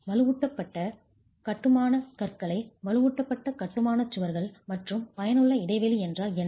வலுவூட்டப்பட்ட கட்டுமான கற்றைகள் வலுவூட்டப்பட்ட கட்டுமான சுவர்கள் மற்றும் பயனுள்ள இடைவெளி என்றால் என்ன